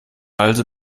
also